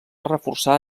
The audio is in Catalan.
reforçar